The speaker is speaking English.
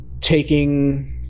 taking